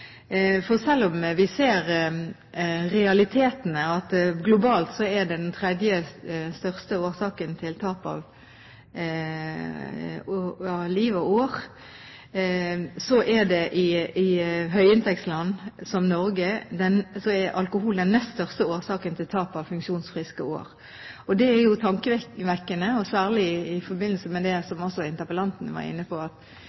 For selv om vi ser realitetene, at det globalt er den tredje største årsaken til tap av liv og år, er alkohol i høyinntektsland som Norge den nest største årsaken til tap av funksjonsfriske år. Det er tankevekkende, særlig i forbindelse med det interpellanten var inne på, at